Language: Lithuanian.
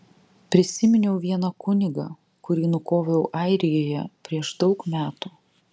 prisiminiau vieną kunigą kurį nukoviau airijoje prieš daug metų